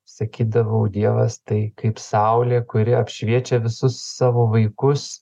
sakydavau dievas tai kaip saulė kuri apšviečia visus savo vaikus